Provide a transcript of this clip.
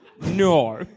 No